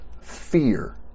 fear